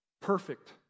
Perfect